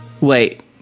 Wait